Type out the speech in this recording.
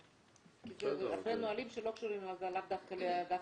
כי אלה הרבה נהלים שלאו דווקא קשורים לאגף תעסוקה.